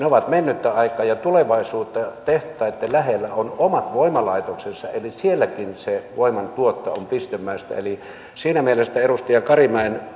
ovat mennyttä aikaa ja tulevaisuuden tehtaitten lähellä on omat voimalaitoksensa eli sielläkin se voimantuotto on pistemäistä siinä mielessä edustaja karimäen